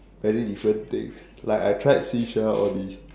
many different things like I tried shisha all these